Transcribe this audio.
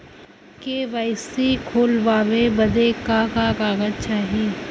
KYC खोलवावे बदे का का कागज चाही?